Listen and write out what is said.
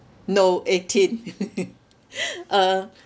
no eighteen uh